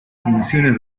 funciones